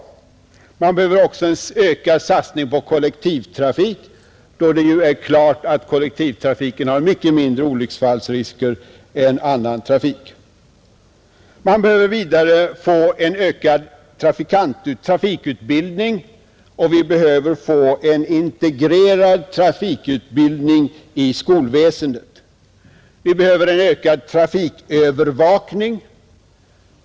Man behöver också en ökad satsning på kollektivtrafik, då det ju är klarlagt att kollektivtrafiken har mycket mindre olycksfallsrisker än annan trafik. Vi behöver vidare en ökad trafikutbildning och en integrerad trafikutbildning i skolväsendet. Vi behöver en bättre trafikövervakning.